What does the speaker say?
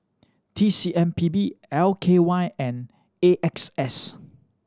T C M P B L K Y and A X S